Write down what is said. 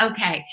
Okay